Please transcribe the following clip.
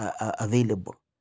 available